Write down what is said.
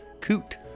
Coot